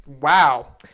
wow